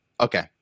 okay